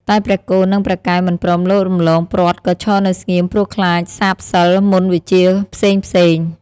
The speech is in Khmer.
តែព្រះគោ និង ព្រះកែវមិនព្រមលោតរំលងព្រ័ត្រក៏ឈរនៅស្ងៀមព្រោះខ្លាចសាបសិល្ប៍មន្ដវិជ្ជាផ្សេងៗ។